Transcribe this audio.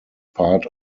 part